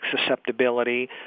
susceptibility